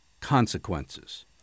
consequences